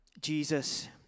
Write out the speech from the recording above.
Jesus